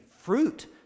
fruit